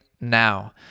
now